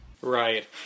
Right